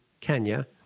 Kenya